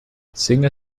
singer